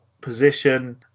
position